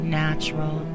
natural